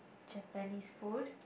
Japanese food